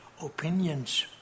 opinions